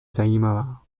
zajímavá